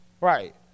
Right